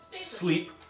sleep